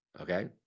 okay